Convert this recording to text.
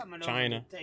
China